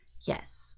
Yes